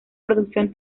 producción